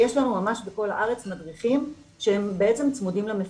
יש לנו ממש בכל הארץ מדריכים שהם בעצם צמודים למפקחת.